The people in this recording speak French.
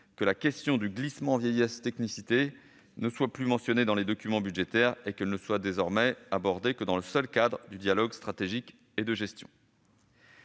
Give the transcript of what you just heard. que la question du glissement vieillesse technicité ne soit plus mentionnée dans les documents budgétaires et qu'elle ne soit désormais abordée que dans le seul cadre du dialogue stratégique et de gestion.